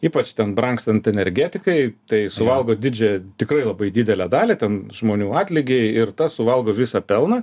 ypač ten brangstant energetikai tai suvalgo didžiąją tikrai labai didelę dalį ten žmonių atlygiai ir tas suvalgo visą pelną